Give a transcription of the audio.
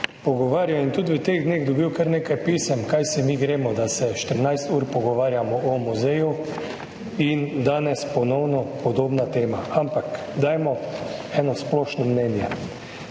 pogovarjal in tudi v teh dneh dobil kar nekaj pisem, kaj se mi gremo, da se 14 ur pogovarjamo o muzeju, in danes ponovno podobna tema. Ampak dajmo eno splošno mnenje.